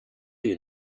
you